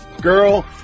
girl